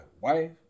wife